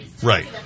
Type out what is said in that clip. Right